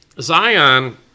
Zion